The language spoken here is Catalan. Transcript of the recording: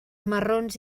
marrons